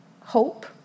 hope